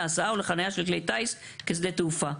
להסעה או לחניה של כלי טיס כשדה תעופה.